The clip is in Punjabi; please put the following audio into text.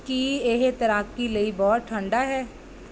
ਕੀ ਇਹ ਤੈਰਾਕੀ ਲਈ ਬਹੁਤ ਠੰਡਾ ਹੈ